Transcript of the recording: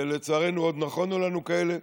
ולצערנו עוד נכונו לנו כאלה,